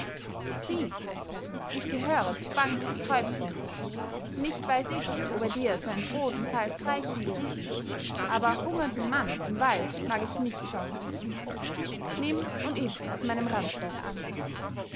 sieh ich gehöre zur bank des häuptlings nicht weiß ich ob er dir sein brot und salz reichen wird aber hungernden mann im walde mag ich nicht schauen nimm und iß aus meinem ranzen